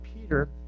Peter